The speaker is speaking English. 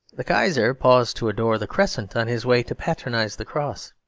the kaiser paused to adore the crescent on his way to patronise the cross.